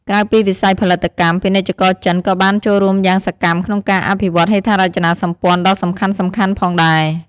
ក្រៅពីវិស័យផលិតកម្ម ពាណិជ្ជករចិនក៏បានចូលរួមយ៉ាងសកម្មក្នុងការអភិវឌ្ឍហេដ្ឋារចនាសម្ព័ន្ធដ៏សំខាន់ៗផងដែរ។